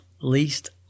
least